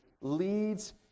leads